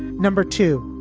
number two,